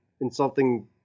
insulting